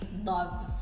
Loves